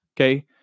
Okay